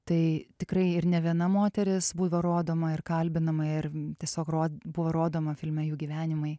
tai tikrai ir nė viena moteris buvo rodoma ir kalbinama ir tiesiog buvo rodoma filme jų gyvenimai